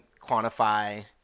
quantify